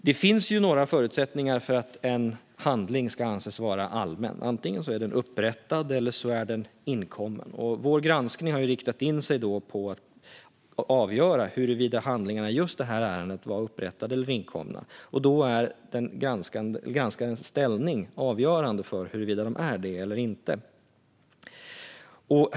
Det finns några förutsättningar för att en handling ska anses vara allmän. Antingen är den upprättad eller inkommen. Vår granskning har riktat in sig på att avgöra huruvida handlingarna i just det här ärendet var upprättade eller inkomna, och då är den granskades ställning avgörande för vilket de är.